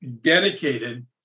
dedicated